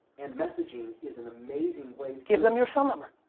and messaging is an amazing way to. give them your cell number.